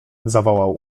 zawołał